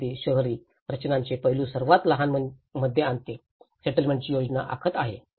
हे अगदी शहरी रचनांचे पैलू सर्वात लहान मध्ये आणते सेटलमेंटची योजना आखत आहे